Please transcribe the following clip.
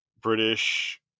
British